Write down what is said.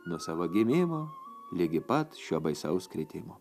nuo savo gimimo ligi pat šio baisaus kritimo